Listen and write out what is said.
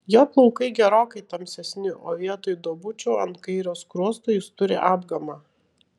jo plaukai gerokai tamsesni o vietoj duobučių ant kairio skruosto jis turi apgamą